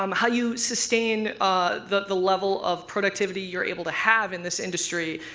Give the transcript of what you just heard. um how you sustain the the level of productivity you're able to have in this industry